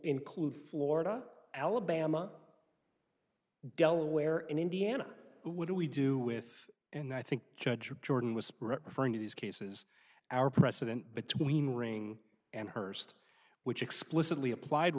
include florida alabama delaware and indiana what do we do with and i think judge jordan was referring to these cases our precedent between ring and hearst which explicitly applied